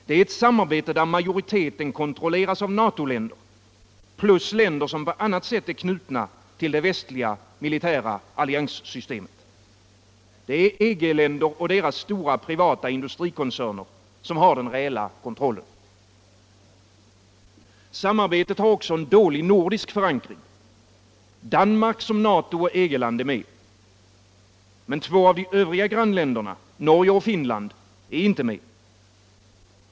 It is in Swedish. Det är ett samarbete där majoriteten kontrolleras av NATO länder plus länder som på annat sätt är knutna till det västliga militära allianssystemet. Det är EG-länder och deras stora privata industrikoncerner som har den reella kontrollen. Samarbetet har också dålig nordisk förankring. Danmark som NATO och EG-land är med. Men två av de övriga grannländerna, Norge och Finland, är inte med.